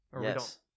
Yes